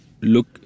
look